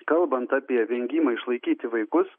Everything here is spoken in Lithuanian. kalbant apie vengimą išlaikyti vaikus